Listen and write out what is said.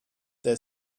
their